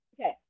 Okay